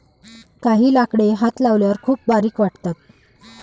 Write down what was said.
काही लाकडे हात लावल्यावर खूप बारीक वाटतात